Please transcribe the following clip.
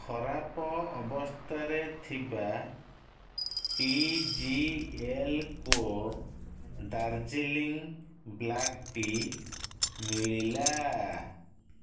ଖରାପ ଅବସ୍ଥାରେ ଥିବା T G L Co Darjeeling black tea ମିଳିଲା